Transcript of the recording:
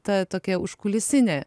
ta tokia užkulisinė